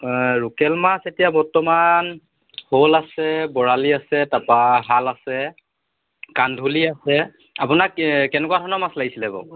local মাছ এতিয়া বৰ্তমান শ'ল আছে বৰালি আছে তাৰপৰা শাল আছে কান্ধুলি আছে আপোনাক কেনেকুৱা ধৰণৰ মাছ লাগিছিলে বাৰু